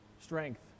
strength